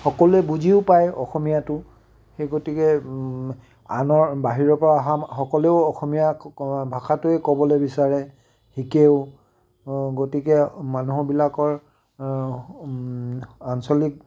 সকলোৱে বুজিও পায় অসমীয়াটো সেই গতিকে আনৰ বাহিৰৰ পৰা অহা সকলেও অসমীয়া ক ভাষাটোৱেই ক'বলৈ বিচাৰে শিকেও গতিকে মানুহবিলাকৰ আঞ্চলিক